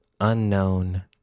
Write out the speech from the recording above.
unknown